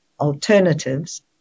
alternatives